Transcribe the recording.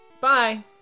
Bye